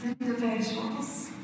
individuals